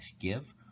give